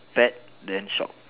pet then shop